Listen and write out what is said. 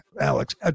Alex